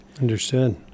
Understood